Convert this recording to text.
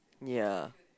ya